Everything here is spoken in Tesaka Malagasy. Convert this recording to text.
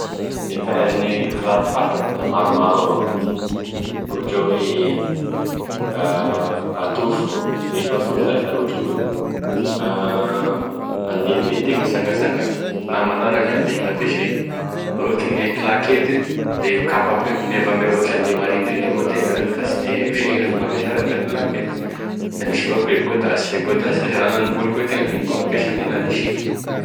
E karazan'e kiraro fantako da maromaro evao ka, ohatra hoe pentofo e pentofo iza zash da raha ohatry ka hoe handehendeha itegna hitsantsanga na magnara gn'andro da igny gnampesay, raha ohatra ame kilakety de kapa ape- mevameva raha ohatra handeha mariniriny evao itegna zany ka tsy te ho sahira ame gnavesarany da kilakety, da misy evakoa e gôdasy, e gôdasy zasha raha agnano boly koa itegna da igny koa gnampesagny enazy hisiky.